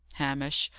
hamish,